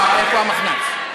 איפה המחנ"צ?